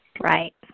Right